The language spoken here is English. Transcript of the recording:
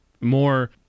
more